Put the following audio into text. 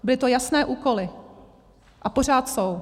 Byly to jasné úkoly a pořád jsou.